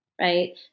right